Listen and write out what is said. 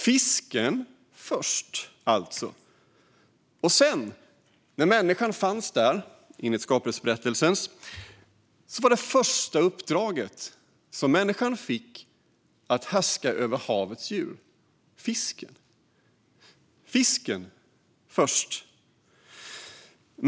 Fisken först. När människan sedan fanns, enligt skapelseberättelsen, var det första uppdrag som människan fick att härska över havets djur - fisken. Fisken först.